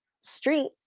street